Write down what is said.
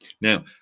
Now